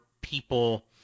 people